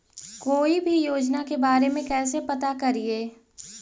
कोई भी योजना के बारे में कैसे पता करिए?